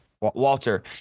Walter